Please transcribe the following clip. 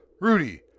Rudy